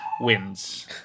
wins